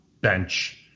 bench